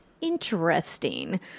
interesting